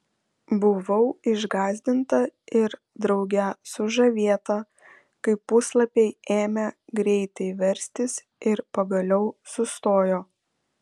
buvau išgąsdinta ir drauge sužavėta kai puslapiai ėmė greitai verstis ir pagaliau sustojo